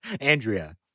Andrea